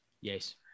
Yes